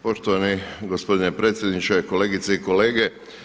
Poštovani gospodine predsjedniče, kolegice i kolege.